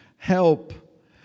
Help